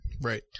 Right